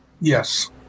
Yes